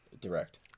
direct